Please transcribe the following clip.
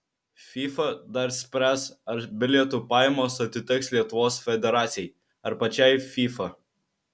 fifa dar spręs ar bilietų pajamos atiteks lietuvos federacijai ar pačiai fifa